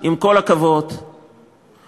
לשלוט על מיליוני ערבים?